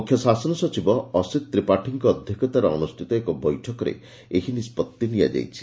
ମୁଖ୍ୟ ଶାସନ ସଚିବ ଅସୀତ ତ୍ରିପାଠୀଙ୍କ ଅଧ୍ୟକ୍ଷତାରେ ଅନୁଷ୍ଟିତ ଏକ ବୈଠକରେ ଏହି ନିଷ୍ଟଭି ନିଆଯାଇଛି